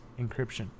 encryption